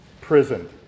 prison